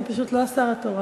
הוא פשוט לא השר התורן,